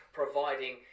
providing